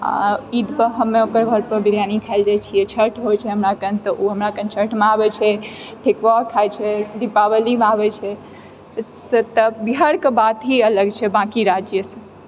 आओर ईदपर हम ओकर घरपर बिरयानी खाइ लए जाइ छियै छठ होइ छै तऽ उ हमरा ओतऽ छठमे आबै छै ठेकुआ खाइ छै दीपावलीमे आबै छै से तऽ बिहारके बात ही अलग छै बाँकी राज्यसँ